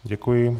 Děkuji.